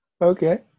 okay